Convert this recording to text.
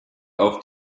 auf